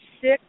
six